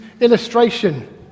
illustration